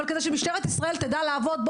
אבל כדי שמשטרת ישראל תדע לעבוד,